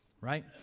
right